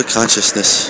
consciousness